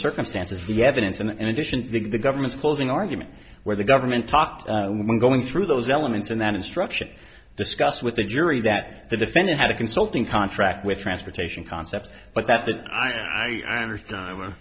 circumstances the evidence and efficient than the government's closing argument where the government talked going through those elements and that instruction discussed with the jury that the defendant had a consulting contract with transportation concept but that that i understand whe